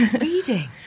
Reading